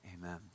amen